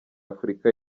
afurika